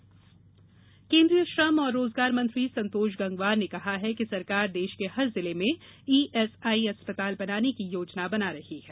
ESI अस्पताल केन्द्रीय श्रम और रोजगार मंत्री संतोष गंगवार ने कहा है कि सरकार देश के हर जिले में ई एस आई अस्पताल बनाने की योजना बना रही है